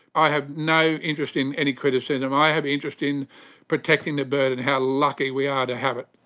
i have no interest in any criticism. i have interest in protecting the bird and how lucky we are to have it.